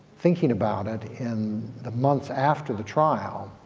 thinking about it in the months after the trial,